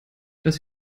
das